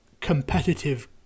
competitive